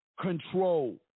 control